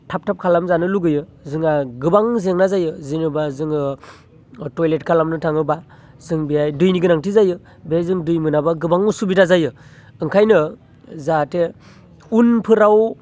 थाब थाब खालामजानो लुबैयो जोंहा गोबां जेंना जायो जेनेबा जोङो टयलेट खालामनो थाङोबा जों बेवहाय दैनि गोनांथि जायो बेवहाय जों दै मोनाबा गोबां असुबिदा जायो ओंखायनो जाहाते उनफोराव